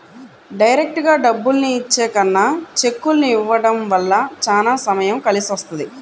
డైరెక్టుగా డబ్బుల్ని ఇచ్చే కన్నా చెక్కుల్ని ఇవ్వడం వల్ల చానా సమయం కలిసొస్తది